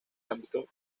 ámbitos